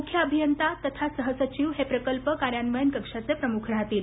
मुख्य अभियंता तथा सहसचिव हे प्रकल्प कर्यान्वयन कक्षाचे प्रमुख राहतील